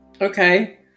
Okay